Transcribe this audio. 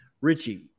richie